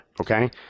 Okay